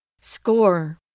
Score